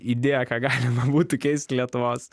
idėją ką galima būtų keist lietuvos